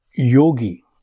Yogi